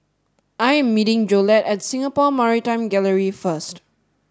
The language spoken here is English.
I am meeting Jolette at Singapore Maritime Gallery first